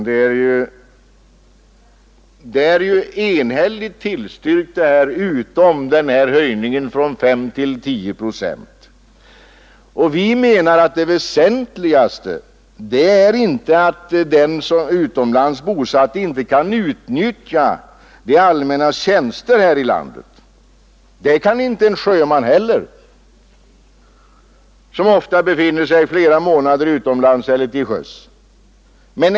Detta förslag är ju enhälligt tillstyrkt — utom höjningen från 5 till 10 procent. Vi menar att det väsentligaste inte är att den utomlands bosatte inte kan utnyttja det allmännas tjänster här i landet. Det kan inte en sjöman heller. Han befinner sig ofta flera månader utomlands eller till sjöss.